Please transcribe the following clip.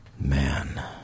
Man